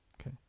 okay